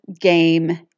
game